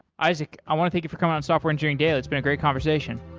isaac, i want to thank you for coming on software engineering daily. it's been a great conversation.